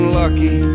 lucky